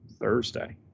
thursday